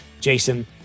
Jason